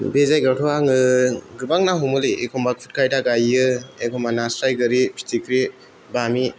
बे जायगायावथ' आङो गोबां ना हमोले एखम्बा खुदगायदा गायो एखम्बा नास्राय गोरि फिथिख्रि बामि